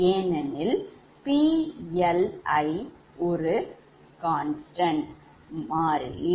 ஏனெனில் PLi ஒரு மாறிலி